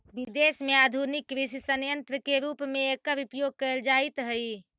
विदेश में आधुनिक कृषि सन्यन्त्र के रूप में एकर उपयोग कैल जाइत हई